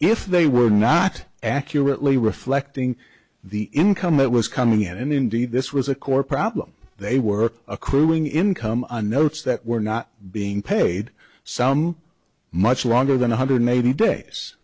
if they were not accurately reflecting the income it was coming in and indeed this was a core problem they were accruing income and notes that were not being paid some much longer than one hundred eighty days